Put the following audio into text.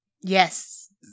Yes